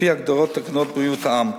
לפי הגדרות תקנות בריאות העם.